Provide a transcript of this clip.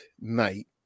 Night